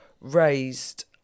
raised